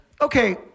okay